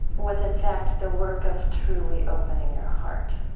was, in fact, the work of truly opening your heart.